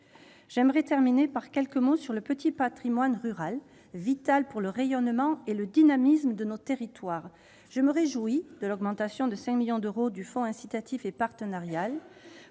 Enfin, je dirai quelques mots du petit patrimoine rural, lequel est vital pour le rayonnement et le dynamisme de nos territoires. Je me réjouis de l'augmentation de 5 millions d'euros du fonds incitatif et partenarial